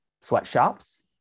sweatshops